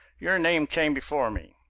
your name came before me.